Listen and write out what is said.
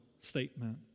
statement